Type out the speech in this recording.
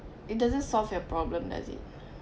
it doesn't solve your problem does it